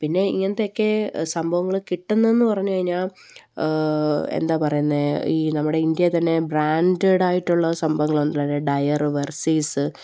പിന്നെ ഇങ്ങനത്തെയൊക്കെ സംഭവങ്ങള് കിട്ടുന്നതെന്ന് പറഞ്ഞുകഴിഞ്ഞാല് എന്താണ് പറയുന്നത് ഈ നമ്മുടെ ഇന്ത്യയില് തന്നെ ബ്രാൻഡഡായിട്ടുള്ള സംഭവങ്ങളുണ്ടല്ലോ ഡയര് വെർസീസ്